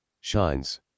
Shines